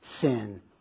sin